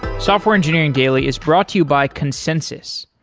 software engineering daily is brought to you by consensys.